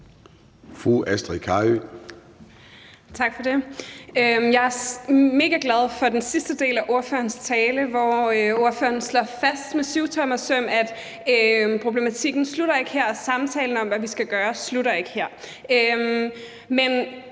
Jeg er megaglad for den sidste del af ordførerens tale, hvor ordføreren slår fast med syvtommersøm, at problematikken ikke slutter her, og at samtalen om, hvad vi skal gøre, ikke slutter her.